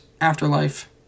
Afterlife